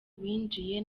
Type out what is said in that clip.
binjiye